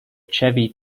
chevy